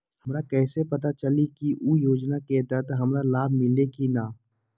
हमरा कैसे पता चली की उ योजना के तहत हमरा लाभ मिल्ले की न?